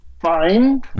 fine